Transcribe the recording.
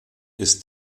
ist